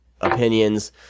opinions